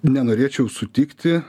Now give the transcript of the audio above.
nenorėčiau sutikti